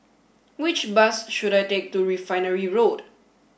which bus should I take to Refinery Road